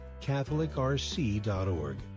catholicrc.org